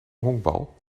honkbal